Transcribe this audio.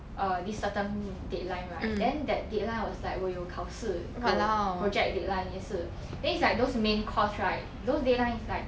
err this certain deadline right then that deadline was like 我有考试 go project deadline 也是 then it's like those main course right those deadline is like